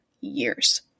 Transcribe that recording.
years